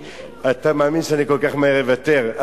אתה מאמין שאני כל כך מהר אוותר?